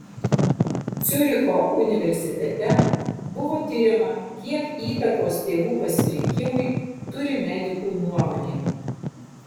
ciuricho universitete buvo tiriama kiek įtakos tėvų pasirinkimui turi medikų nuomonė